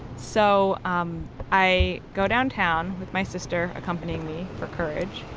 so um i go downtown with my sister accompanying me for courage.